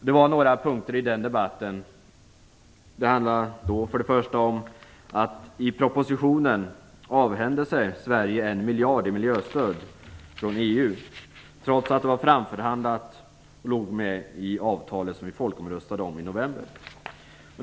De punkter som jag tog upp i den debatten var för det första: I propositionen föreslog man att Sverige skulle avhända sig 1 miljard i miljöstöd från EU, trots att det var framförhandlat och fanns med i det avtal som vi folkomröstade om i november.